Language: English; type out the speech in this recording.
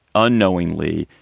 unknowingly,